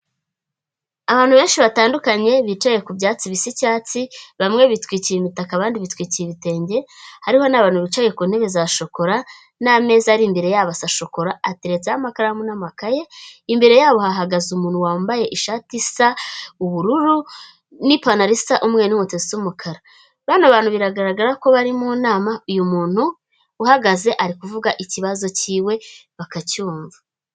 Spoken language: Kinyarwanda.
abantu benshi batandukanye bicaye ku byatsi bibisicyatsi bamwe bitwikira imitaka abandi bitwikira ibitenge hariho n'abantu bicaye ku ntebe za shokora n'amezi ari imbere yabo sa shokora ateretseho amakaramu n'amakaye imbere yabo hahagaze umuntu wambaye ishati isa ubururu n'ipantaro isa umwe n'umusatsi w'umukara none abantu biragaragara ko bari mu nama uyu muntu uhagaze ari kuvuga iki ikibazo cyiwe bakacyumva.